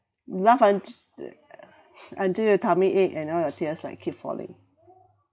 you laugh unt~ until your tummy ache and all your tears like keep falling